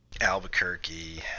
Albuquerque